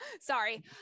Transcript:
Sorry